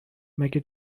مگه